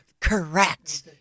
Correct